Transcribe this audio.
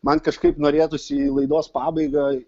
man kažkaip norėtųsi į laidos pabaigą